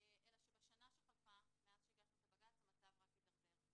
אלא שבשנה שחלפה מאז שהגשנו את הבג"צ המצב רק הידרדר.